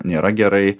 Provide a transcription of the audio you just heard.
nėra gerai